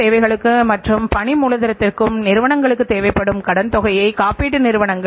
அதை நாம் மூலப்பொருளாக மாற்றி அதை வாங்குகிறோம்